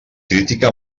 crítica